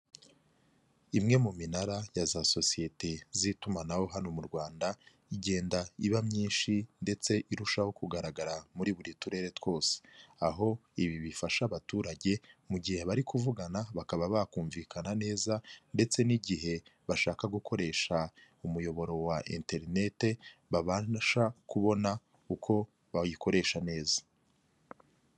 Imwe mu minara ya za sosiyete z'itumanaho hano mu Rwanda, igenda iba myinshi ndetse irushaho kugaragara muri buri turere twose. Aho ibi bifasha abaturage mu gihe bari kuvugana, bakaba bakumvikana neza ndetse n'igihe bashaka gukoresha umuyoboro wa interineti babasha kubona uko bayikoresha neza.